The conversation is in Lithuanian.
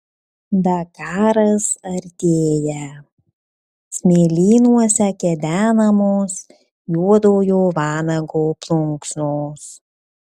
dakaras artėja smėlynuose kedenamos juodojo vanago plunksnos